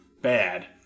bad